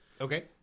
Okay